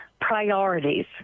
priorities